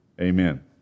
amen